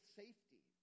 safety